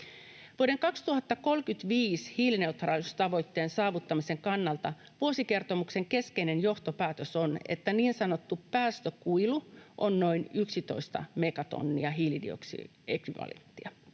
Vuoden 2035 hiilineutraaliustavoitteen saavuttamisen kannalta vuosikertomuksen keskeinen johtopäätös on, että niin sanottu päästökuilu on noin 11 megatonnia hiilidioksidiekvivalenttia.